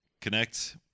Connect